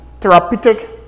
therapeutic